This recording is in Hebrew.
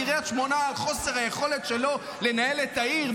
קריית שמונה על חוסר היכולת שלו לנהל את העיר,